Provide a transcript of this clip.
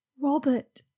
Robert